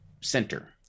Center